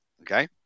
Okay